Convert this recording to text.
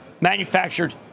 manufactured